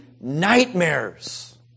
nightmares